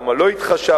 למה לא התחשבת,